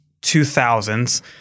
2000s